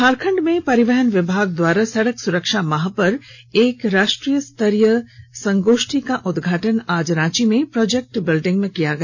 झारखंड में परिवहन विभाग द्वारा सड़क सुरक्षा माह पर एक राष्ट्रीय स्तरीय संगोष्ठी का उद्घाटन आज रांची में प्रोजेक्ट बिल्डिंग में किया गया